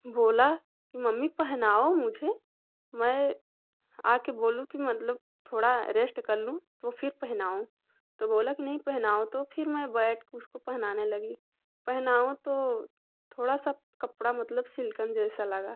बोला कि मम्मी पहनाओ मुझे मैं आ कर बोलूँ कि मतलब थोड़ा रेश्ट कर लूँ तो फिर पहनाऊँ तो बोला कि नहीं पहनाओ तो फिर मैं बैठ कर उसको पहनाने लगी पहनाऊँ तो थोड़ा सा कपड़ा मतलब सिल्कन जैसा लगा